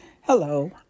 Hello